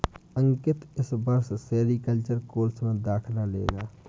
अंकित इस वर्ष sericulture course में दाखिला लेगा